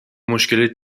مشکلت